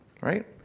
right